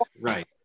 right